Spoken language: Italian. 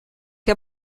che